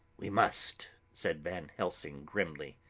we must, said van helsing grimly.